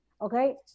Okay